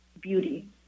beauty